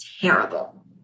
terrible